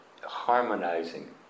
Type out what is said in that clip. harmonizing